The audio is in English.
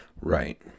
Right